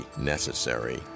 necessary